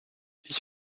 ich